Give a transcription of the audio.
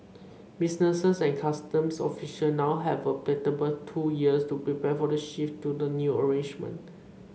businesses and customs official now have a palatable two years to prepare for the shift to the new arrangement